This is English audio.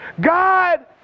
God